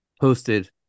posted